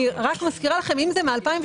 אני רק מזכירה לכם שאם זה מ-2018,